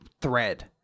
thread